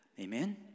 Amen